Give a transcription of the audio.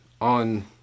on